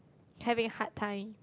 having a hard time